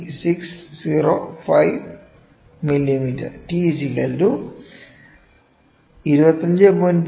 722 csc 602 1 P 0